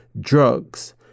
drugs